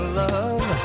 love